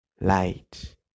light